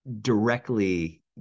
directly